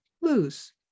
lose